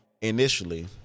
initially